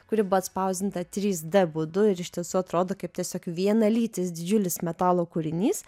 kuri buvo atspausdinta trys d būdu ir iš tiesų atrodo kaip tiesiog vienalytis didžiulis metalo kūrinys